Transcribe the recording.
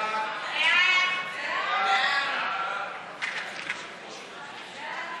סעיפים 6 13,